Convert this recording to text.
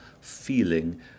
feeling